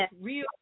real